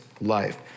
life